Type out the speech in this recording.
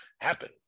happen